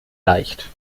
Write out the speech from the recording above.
leicht